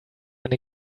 eine